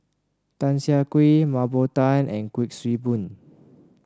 Tan Siah Kwee Mah Bow Tan and Kuik Swee Boon